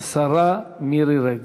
השרה מירי רגב.